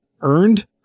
earned